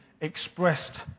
expressed